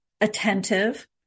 attentive